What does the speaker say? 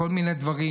בכל מיני דברים,